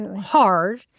hard